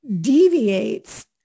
deviates